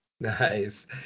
Nice